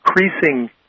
increasing